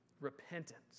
repentance